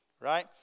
right